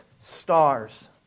stars